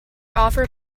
offered